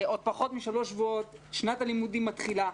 עוד פחות משלושה שבועות שנת הלימודים מתחילה.